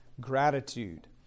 gratitude